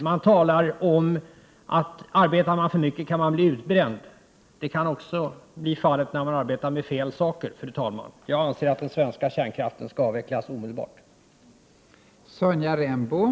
Man talar om att om man arbetar för mycket så kan man bli utbränd. Det kan också bli fallet när man arbetar med fel saker. Fru talman! Jag anser att den svenska kärnkraften omedelbart skall avvecklas.